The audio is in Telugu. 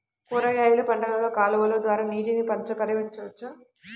కూరగాయలు పంటలలో కాలువలు ద్వారా నీటిని పరించవచ్చా?